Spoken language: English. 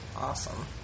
awesome